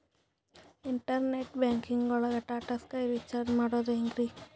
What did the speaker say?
Internet banking ಒಳಗ್ Tata sky recharge ಮಾಡದ್ ಹೆಂಗ್ರೀ?